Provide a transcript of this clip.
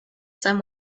sun